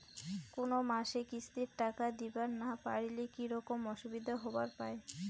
কোনো মাসে কিস্তির টাকা দিবার না পারিলে কি রকম অসুবিধা হবার পায়?